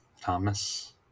thomas